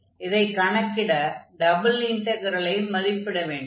இதைக் கணக்கிட டபுள் இன்டக்ரெலை மதிப்பிட வேண்டும்